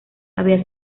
había